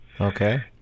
Okay